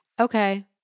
Okay